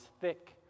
thick